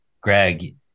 greg